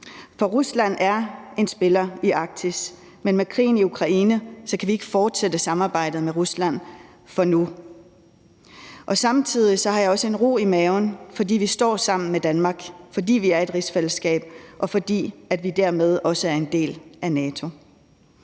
For Rusland er en spiller i Arktis, men med krigen i Ukraine kan vi ikke fortsætte samarbejdet med Rusland for nu. Samtidig har jeg også en ro i maven, fordi vi står sammen med Danmark, fordi vi er et rigsfællesskab, og fordi vi dermed også er en del af NATO.